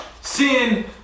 sin